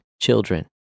children